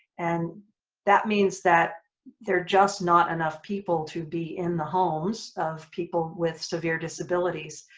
and that means that they're just not enough people to be in the homes of people with severe disabilities.